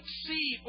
see